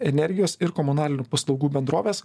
energijos ir komunalinių paslaugų bendrovės